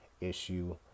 issue